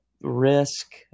risk